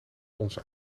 ons